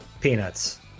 Peanuts